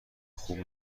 خوب